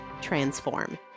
transform